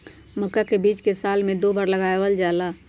का मक्का के बीज साल में दो बार लगावल जला?